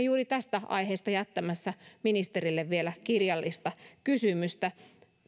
juuri tästä aiheesta jättämässä ministerille vielä kirjallista kysymystä